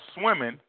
swimming